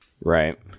Right